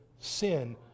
sin